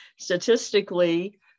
statistically